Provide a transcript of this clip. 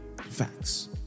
Facts